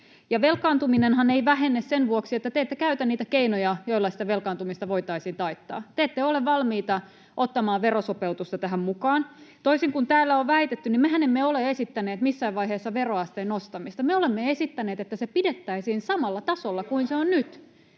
Velkaantuminenhan ei vähene sen vuoksi, että te ette käytä niitä keinoja, joilla velkaantumista voitaisiin taittaa. Te ette ole valmiita ottamaan verosopeutusta tähän mukaan. Toisin kuin täällä on väitetty, niin mehän emme ole esittäneet missään vaiheessa veroasteen nostamista. Me olemme esittäneet, että se pidettäisiin samalla tasolla kuin se on nyt